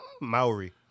Maori